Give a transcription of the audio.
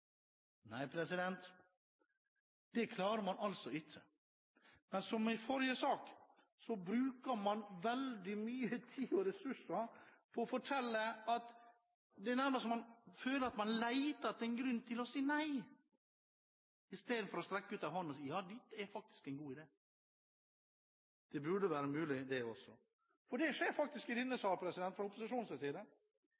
Nei, det klarer man ikke. Men som i forrige sak bruker man veldig mye tid og ressurser på nærmest å lete etter en grunn til å si nei, i stedet for å strekke ut en hånd og si at ja, dette er faktisk en god idé. Det burde være mulig, det også. For det skjer faktisk i denne